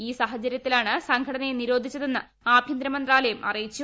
ഈ സാഹചര്യത്തിലാണ് സംഘടനയെ നിരോധിച്ചതെന്ന് ആഭ്യന്തര മന്ത്രാലയം അറിയിച്ചു